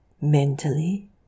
mentally